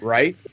Right